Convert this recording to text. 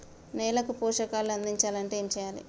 నేలకు పోషకాలు అందించాలి అంటే ఏం చెయ్యాలి?